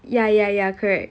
ya ya ya correct